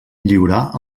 lliurar